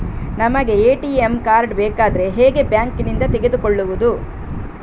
ನಮಗೆ ATM card ಬೇಕಾದ್ರೆ ಹೇಗೆ ಬ್ಯಾಂಕ್ ನಿಂದ ತೆಗೆದುಕೊಳ್ಳುವುದು?